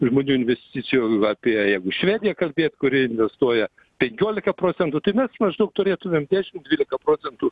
žmonių investicijų apie jeigu švediją kalbėt kuri investuoja penkiolika procentų tai mes maždaug turėtumėm dešim dvylika procentų